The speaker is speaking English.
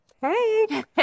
Hey